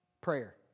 Prayer